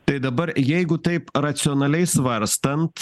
tai dabar jeigu taip racionaliai svarstant